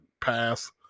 pass